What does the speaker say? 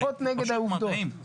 למחות נגד העובדות.